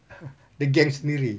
dia geng sendiri